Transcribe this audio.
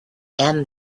and